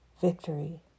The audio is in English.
Victory